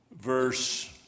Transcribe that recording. verse